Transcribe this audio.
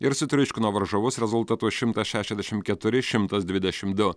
ir sutriuškino varžovus rezultatu šimtas šešiasdešim keturi šimtas dvidešim du